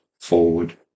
forward